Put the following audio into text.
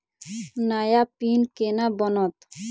नया पिन केना बनत?